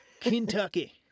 Kentucky